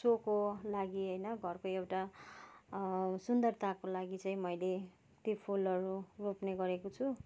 सोको लागि होइन घरको एउटा सुन्दरताको लागि चाहिँ मैले ती फुलहरू रोप्ने गरेको छु